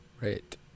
Right